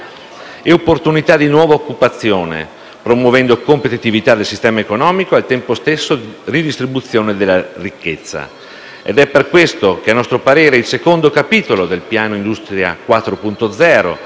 Grazie a tutta